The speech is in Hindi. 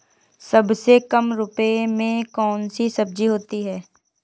सबसे कम रुपये में कौन सी सब्जी होती है?